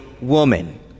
woman